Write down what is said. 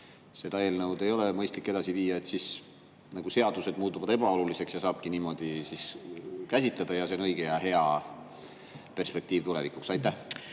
seda eelnõu ei ole mõistlik edasi viia, siis seadused nagu muutuvad ebaoluliseks ja saabki niimoodi käsitleda ja see on õige ja hea perspektiiv tulevikuks? Aitäh